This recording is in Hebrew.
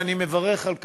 ואני מברך על כך,